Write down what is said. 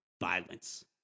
violence